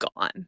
gone